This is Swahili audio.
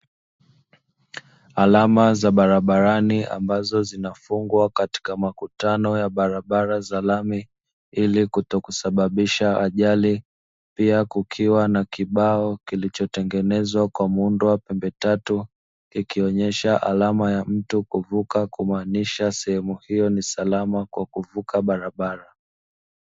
Alama za barabarani ambazo zinafungwa katika makutano ya barabara za lami ilikuto sababisha ajali, pia kukiwa na kibao kilichotengenezwa kwa muundo wa pembe tatu ikionyesha alama ya mtu kuvuka kumaanisha sehemu hiyo ni salama kwa kuvuka barabara.